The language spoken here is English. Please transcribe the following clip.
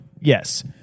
Yes